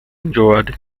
injured